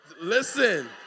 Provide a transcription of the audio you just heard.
Listen